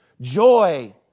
Joy